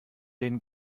den